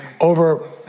over